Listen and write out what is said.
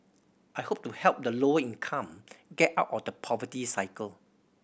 I hope to help the lower income get out of the poverty cycle